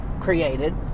created